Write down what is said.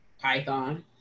Python